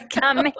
Come